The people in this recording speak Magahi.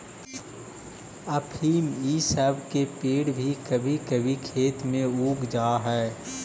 अफीम इ सब के पेड़ भी कभी कभी खेत में उग जा हई